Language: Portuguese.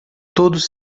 todos